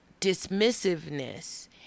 dismissiveness